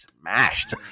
smashed